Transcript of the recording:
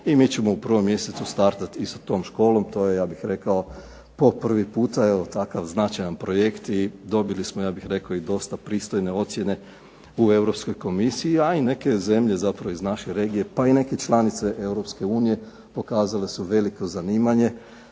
i mi ćemo u 1. mjesecu startati isto tom školom, to je ja bih rekao po prvi puta evo takav značajan projekt i dobili smo ja bih rekao i dosta pristojne ocjene u Europskoj Komisiji, a i neke zemlje zapravo iz naše regije, pa i neke članice Europske unije pokazale su veliko zanimanje.